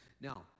Now